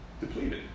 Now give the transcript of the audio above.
depleted